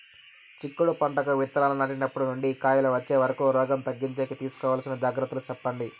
చిక్కుడు పంటకు విత్తనాలు నాటినప్పటి నుండి కాయలు వచ్చే వరకు రోగం తగ్గించేకి తీసుకోవాల్సిన జాగ్రత్తలు చెప్పండి?